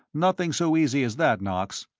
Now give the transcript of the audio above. nothing so easy as that, knox.